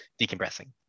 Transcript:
decompressing